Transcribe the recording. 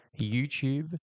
YouTube